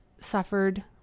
suffered